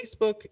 Facebook